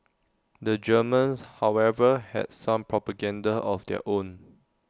the Germans however had some propaganda of their own